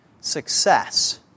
success